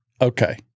Okay